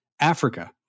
Africa